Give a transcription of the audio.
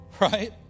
right